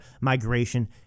migration